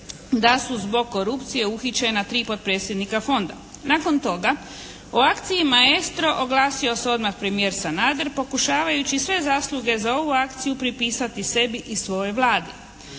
da su zbog korupcije uhićena tri potpredsjednika fonda. Nakon toga, o akciji “Maestro“ oglasio se odmah premijer Sanader pokušavajući sve zasluge za ovu akciju pripisati sebi i svojoj Vladi